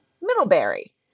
Middlebury